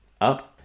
up